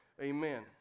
Amen